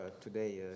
today